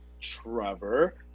Trevor